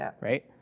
Right